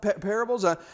parables